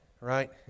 right